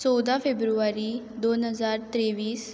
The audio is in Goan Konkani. चोवदा फेब्रुवारी दोन हजार त्रेवीस